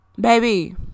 baby